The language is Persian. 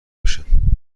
باشم